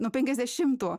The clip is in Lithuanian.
nuo penkiasdešimtų